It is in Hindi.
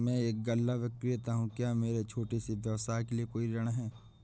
मैं एक गल्ला विक्रेता हूँ क्या मेरे छोटे से व्यवसाय के लिए कोई ऋण है?